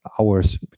hours